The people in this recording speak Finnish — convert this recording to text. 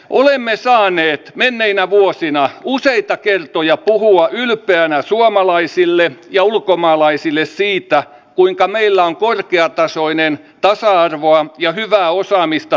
olemme saaneet menneinä vuosina useita kertoja puhua ylpeänä suomalaisille ja ulkomaalaisille siitä kuinka meillä on korkeatasoinen tasa arvoa ja hyvää osaamista tuottava koulutusjärjestelmä